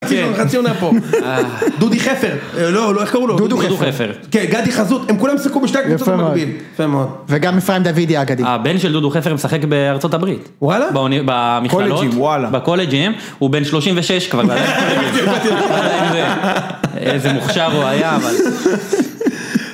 חצי עונה פה, דודי חפר, לא לא איך קראו לו, דודו חפר, כן גדי חזות הם כולם שיחקו בשתי הקבוצות במ'ביל, יפה מאוד, יפה מאוד, וגם אפרים דוידי האגדי, הבן של דודו חפר משחק בארצות הברית, וואלה, במכללות, בקולג'ים, הוא בן 36 כבר, איזה מוכשר הוא היה אבל.